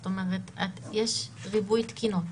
זאת אומרת, יש ריבוי תקינות.